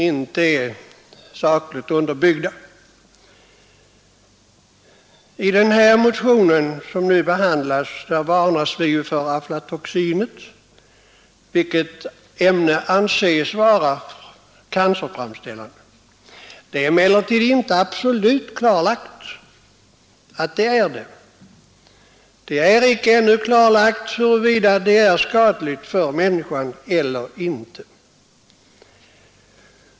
I den motion som nu behandlas varnas för aflatoxin, som anses vara cancerframkallande. Det är emellertid inte absolut klarlagt att så är fallet eller huruvida aflatoxin över huvud taget är skadligt för människan.